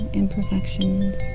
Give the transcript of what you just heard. imperfections